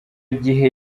gihe